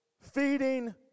feeding